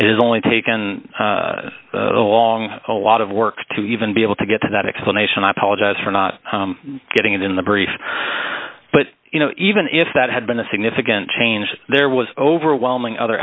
is only taken along a lot of work to even be able to get to that explanation i apologize for not getting it in the brief but you know even if that had been a significant change there was overwhelming other